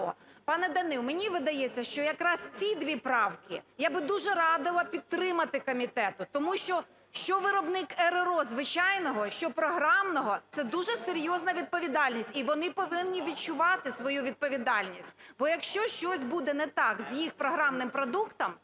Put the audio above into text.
Пане Данило, мені видається, що якраз ці дві правки я би дуже радила підтримати комітету. Тому що, що виробник РРО звичайного, що програмного – це дуже серйозна відповідальність, і вони повинні відчувати свою відповідальність. Бо якщо щось буде не так з їх програмним продуктом,